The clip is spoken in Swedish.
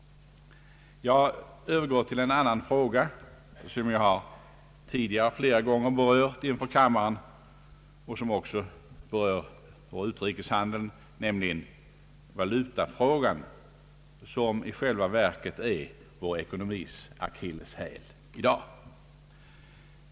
Jag övergår till en annan fråga, som jag tidigare flera gånger berört inför kammaren och som också angår utrikeshandeln, nämligen valutafrågan, som i själva verket är vår ekonomis akilleshäl.